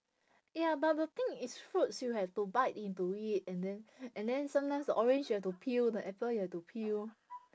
ya but the thing is fruits you have to bite into it and then and then sometimes the orange you have to peel the apple you have to peel